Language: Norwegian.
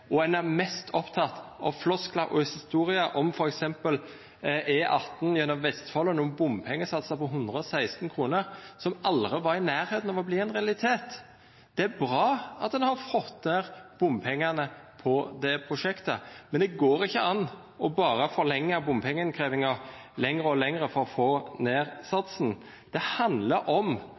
og ein er mest oppteken av flosklar og historier om f.eks. E18 gjennom Vestfold og nokre bompengesatsar på 116 kr, som aldri var i nærleiken av å verta ein realitet. Det er bra at ein har fått ned bompengane på det prosjektet, men det går ikkje an å berre forlenga bompenginnkrevjinga meir og meir for å få ned satsen. Det